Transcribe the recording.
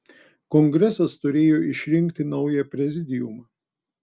kongresas turėjo išrinkti naują prezidiumą